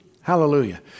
Hallelujah